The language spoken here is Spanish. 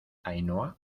ainhoa